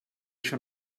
schon